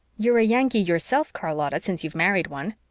you're a yankee yourself, charlotta, since you've married one.